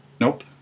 Nope